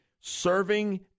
Serving